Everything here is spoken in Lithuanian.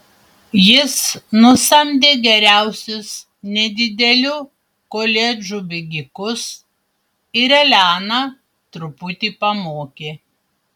jis nusamdė geriausius nedidelių koledžų bėgikus ir eleną truputį pamokė